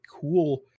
cool